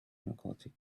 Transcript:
narcotic